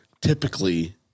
typically